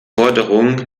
forderung